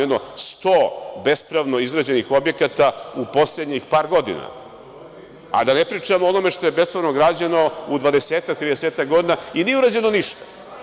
Jedno 100 bespravno izgrađenih objekata u poslednjih par godina, a da ne pričam o onome što je bespravno građeno u 20-ak, 30-ak godina i nije urađeno ništa.